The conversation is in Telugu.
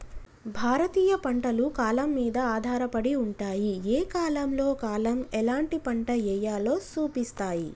భారతీయ పంటలు కాలం మీద ఆధారపడి ఉంటాయి, ఏ కాలంలో కాలం ఎలాంటి పంట ఎయ్యాలో సూపిస్తాయి